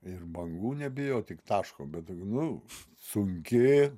ir bangų nebijo tik taško bet tokia nu sunki